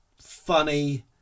funny